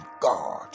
god